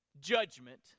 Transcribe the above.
judgment